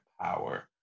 power